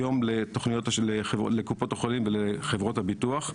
היום לקופות החולים ולחברות הביטוח.